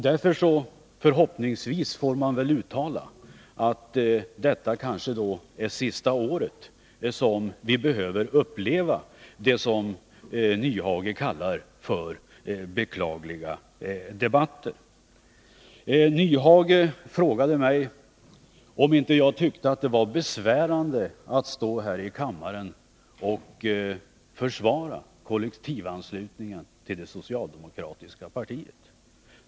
Därför får jag uttala den förhoppningen att detta är sista året som vi behöver uppleva det som herr Nyhage kallar för beklagliga debatter. Hans Nyhage frågade mig om inte jag tyckte att det var besvärande att stå här i kammaren och försvara kollektivanslutningen till det socialdemokratiska partiet.